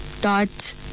dot